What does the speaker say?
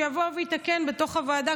שיבוא ויתקן בתוך הוועדה,